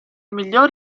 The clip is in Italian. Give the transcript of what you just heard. miglior